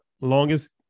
longest